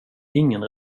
ingen